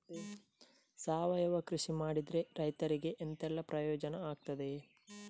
ಸಾವಯವ ಕೃಷಿ ಮಾಡಿದ್ರೆ ರೈತರಿಗೆ ಎಂತೆಲ್ಲ ಪ್ರಯೋಜನ ಆಗ್ತದೆ?